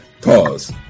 Pause